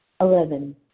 Eleven